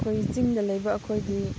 ꯑꯩꯈꯣꯏ ꯆꯤꯡꯗ ꯂꯩꯕ ꯑꯩꯈꯣꯏꯗꯤ